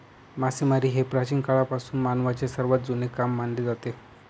मासेमारी हे प्राचीन काळापासून मानवाचे सर्वात जुने काम मानले जाते